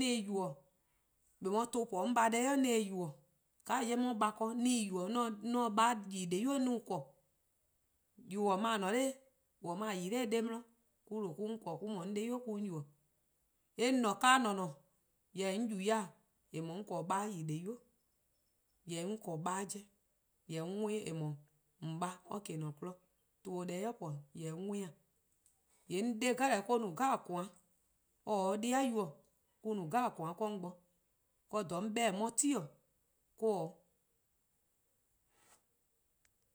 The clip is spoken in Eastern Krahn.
se-eh yubo:, :eh 'beh tuh po 'on :baa' deh 'i 'on se-eh yubo:, :kaa 'jeh 'on 'ye-a :baa' :korn 'on se-eh yubo:, :baa' :yi-de-di boi' 'on se-uh :korn, :yuh :on :ne-a 'nor :on-: :mor-: :a yi-a 'de 'di mor-: 'on yubo:. Eh :ne-a 'o :ne :neee: :weh 'de 'on yubo-eh :eh :mor 'on 'ble :baa-a :yi de-di' :boi, jorwor 'on 'ble :baa' 'cheh, jorwor 'on worn-ih eh :mor :on :baa' or :kele: :ne 'kmo tuh se-or deh 'i po :yee' jorwor 'on worn-ih. :yee' 'on 'de deh 'jeh or-: no :koan' deh 'jeh, or-: or 'dei' yu-: mor-: no :koan' deh 'jeh 'do 'on bo. 'Do :dha 'on 'beh-dih: 'on 'ye-a 'ti-dih 'do 'o